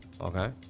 Okay